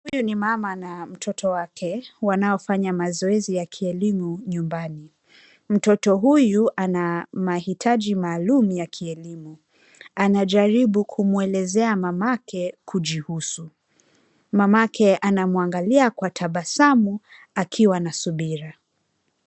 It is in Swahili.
Huyu ni mama na mtoto wake wanao fanya mazaoezi ya kielimu nyumbani. Mtoto huyu ana mahitaji maalum ya kielimu. Anajaribu kumwelezea mama yake kujihusu. Mama yake anamwangalia kwa tabasamu akiwa na subira.